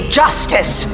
justice